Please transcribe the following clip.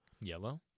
yellow